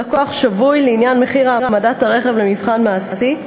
שבוי לעניין מחיר העמדת הרכב למבחן מעשי,